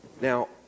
Now